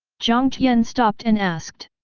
jiang tian stopped and asked.